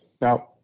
now